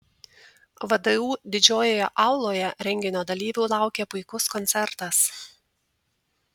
vdu didžiojoje auloje renginio dalyvių laukė puikus koncertas